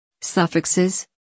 Suffixes